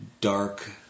dark